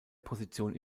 position